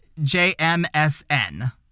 JMSN